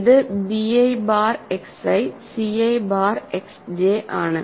ഇത് bi bar X i ci bar X j ആണ്